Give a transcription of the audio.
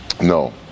No